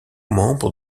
membre